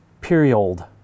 Period